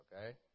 okay